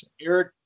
Eric